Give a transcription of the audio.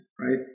right